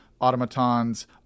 automatons